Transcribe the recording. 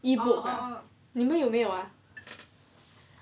E-book 你们有没有啊